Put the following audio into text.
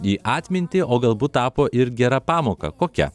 į atmintį o galbūt tapo ir gera pamoka kokia